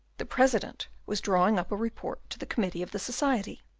the president was drawing up a report to the committee of the society.